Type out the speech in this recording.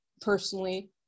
personally